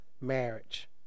marriage